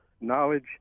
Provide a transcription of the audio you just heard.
knowledge